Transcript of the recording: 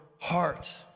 heart